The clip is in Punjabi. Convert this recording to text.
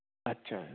ਅੱਛਾ